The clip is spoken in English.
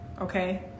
Okay